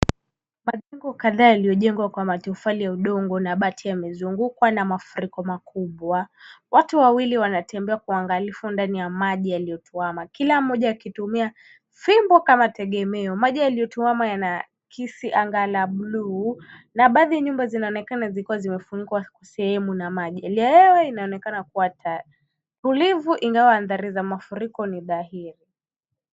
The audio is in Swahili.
Majengo kadhaa yaliyojengwa kwa matofali ya udongo na bati yamezungukwa na mafuriko makubwa. Watu wawili wanatembea kwa uangalifu ndani ya maji yaliyotuama. Kila mmoja akitumia fimbo kama tegemeo. Maji yaliyotuama yanaakisi anga la buluu na baadhi ya nyumba zinaonekana zikiwa zimefunikwa sehemu na maji. Hali ya hewa inaonekana kuwa tulivu ingawa athari za mafuriko ni dhahiri.